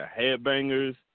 Headbangers